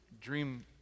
dream